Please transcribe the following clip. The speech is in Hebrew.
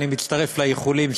אני מצטרף לאיחולים,